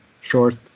short